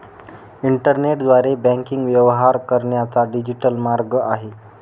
इंटरनेटद्वारे बँकिंग व्यवहार करण्याचा डिजिटल मार्ग आहे